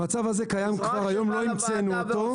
המצב הזה קיים כבר היום, לא המצאנו אותו.